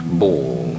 ball